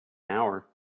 hour